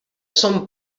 són